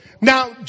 Now